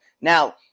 Now